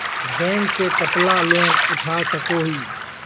Bank से कतला loan उठवा सकोही?